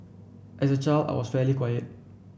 as a child I was fairly quiet